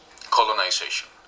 colonization